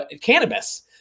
cannabis